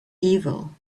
evil